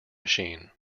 machine